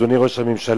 אדוני ראש הממשלה.